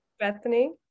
Bethany